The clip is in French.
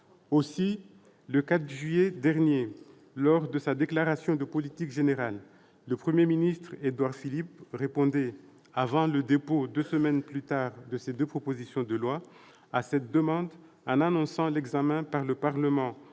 justice. Le 4 juillet dernier, lors de sa déclaration de politique générale, le Premier ministre, M. Édouard Philippe, répondait, avant le dépôt deux semaines plus tard de ces deux propositions de loi, à cette demande en annonçant l'examen par le Parlement au